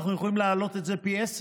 אנחנו יכולים לעלות את זה פי עשרה.